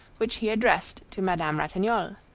which he addressed to madame ratignolle.